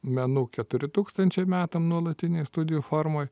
menų keturi tūkstančiai metam nuolatinėj studijų formoj